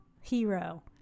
hero